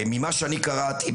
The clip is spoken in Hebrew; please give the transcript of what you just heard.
ממה שאני קראתי,